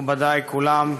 מכובדי כולם.